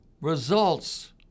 Results